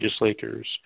legislators